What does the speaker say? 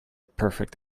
perfect